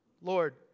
Lord